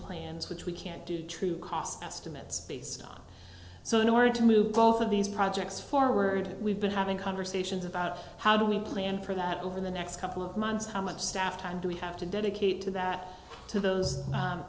plans which we can't do true cost estimates so in order to move both of these projects forward we've been having conversations about how do we plan for that over the next couple of months how much staff time do we have to dedicate to that to those